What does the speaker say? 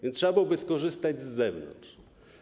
Więc trzeba byłoby skorzystać z zewnątrz.